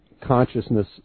consciousness